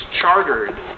chartered